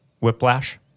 whiplash